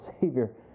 Savior